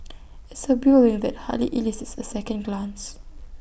it's A building that hardly elicits A second glance